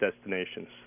destinations